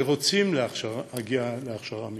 שרוצים להגיע להכשרה מקצועית.